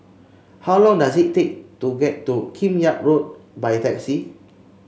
how long does it take to get to Kim Yam Road by taxi